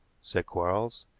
said quarles.